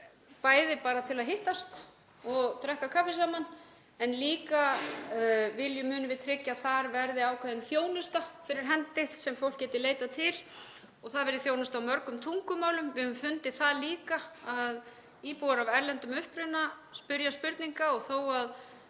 bæði bara til að hittast og drekka kaffi saman en við munum líka tryggja að þar verði ákveðin þjónusta fyrir hendi sem fólk geti leitað til og það verði þjónustu á mörgum tungumálum. Við höfum fundið það líka að íbúar af erlendum uppruna spyrja spurninga og þó að